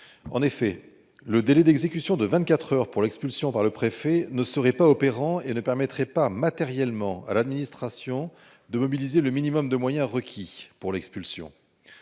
En effet le délai d'exécution de 24h pour l'expulsion par le préfet ne serait pas opérants et ne permettrait pas matériellement à l'administration de mobiliser le minimum de moyens requis pour l'expulsion.